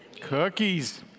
Cookies